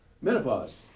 Menopause